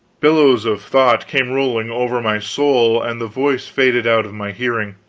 billows of thought came rolling over my soul, and the voice faded out of my hearing!